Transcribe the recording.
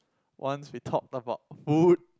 once we talk about food